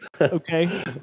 okay